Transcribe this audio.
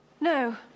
No